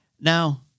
Now